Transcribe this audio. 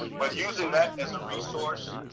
but using that as a resource,